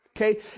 Okay